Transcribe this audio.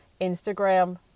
Instagram